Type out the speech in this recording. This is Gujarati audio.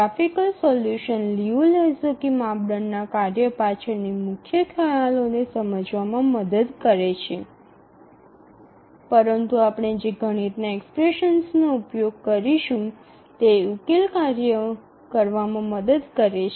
ગ્રાફિકલ સોલ્યુશન લિયુ લેહોક્સ્કી માપદંડના કાર્ય પાછળની મુખ્ય ખ્યાલોને સમજવામાં મદદ કરે છે પરંતુ આપણે જે ગણિતના એક્સપ્રેશન્સનો ઉપયોગ કરીશું તે ઉકેલમાં કાર્ય કરવામાં મદદ કરે છે